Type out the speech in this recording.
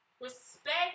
respect